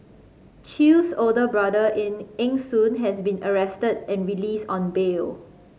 Chew's older brother Eng Eng Soon has been arrested and released on bail